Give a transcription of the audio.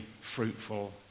fruitful